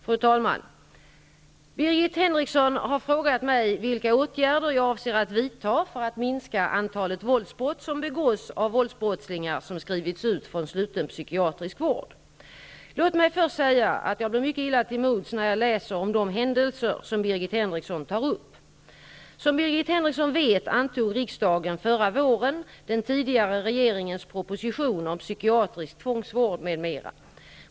Fru talman! Birgit Henriksson har frågat mig vilka åtgärder jag avser att vidta för att minska antalet våldsbrott som begås av våldsbrottslingar som skrivits ut från sluten psykiatrisk vård. Låt mig först säga att jag blir mycket illa till mods när jag läser om de händelser som Birgit Henriksson tar upp. Som Birgit Henriksson vet antog riksdagen förra våren den tidigare regeringens proposition om psykiatrisk tvångsvård m.m.